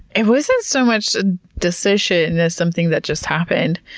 it wasn't so much a decision as something that just happened.